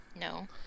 No